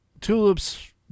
Tulip's